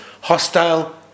hostile